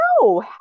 No